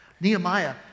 Nehemiah